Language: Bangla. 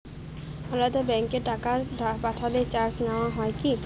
আলাদা ব্যাংকে টাকা পাঠালে চার্জ নেওয়া হয় কি?